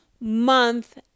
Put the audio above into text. month